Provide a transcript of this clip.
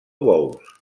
bous